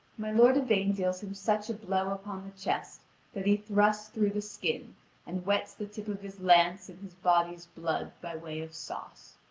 my lord yvain deals him such a blow upon the chest that he thrusts through the skin and wets the tip of his lance in his body's blood by way of sauce.